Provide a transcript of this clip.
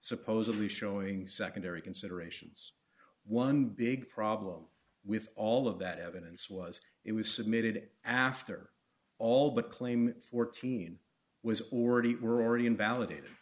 supposedly showing secondary considerations one big problem with all of that evidence was it was submitted after all but claim fourteen was already were already invalidate